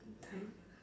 time